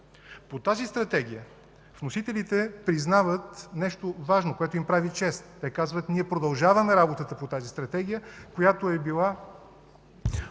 По Стратегията вносителите признават нещо важно, което им прави чест. Те казват: ние продължаваме работата по тази Стратегия, която е била